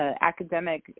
academic